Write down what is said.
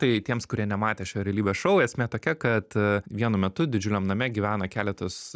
tai tiems kurie nematė šio realybės šou esmė tokia kad vienu metu didžiuliam name gyvena keletas